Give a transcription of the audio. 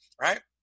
right